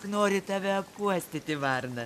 nori tave apuostyti varna